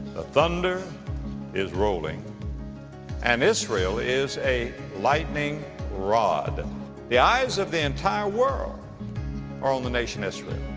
ah thunder is rolling and israel is a lighning rod. and the eyes of the entire world are on the nation israel.